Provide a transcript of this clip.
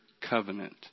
covenant